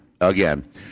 again